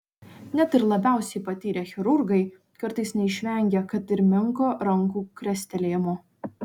net ir labiausiai patyrę chirurgai kartais neišvengia kad ir menko rankų krestelėjimo